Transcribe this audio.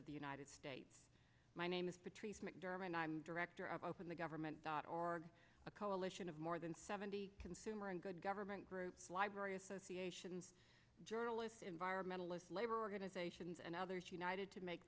the united states my name is patrice mcdermott i'm director of open the government dot org a coalition of more than seventy consumer and good government groups library associations journalists environmentalists labor organizations and others united to make